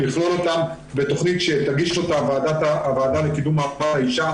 לכלול אותם בתוכנית שתגיש אותה הוועדה לקידום מעמד האישה.